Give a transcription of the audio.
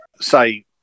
say